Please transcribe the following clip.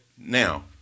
Now